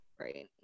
Right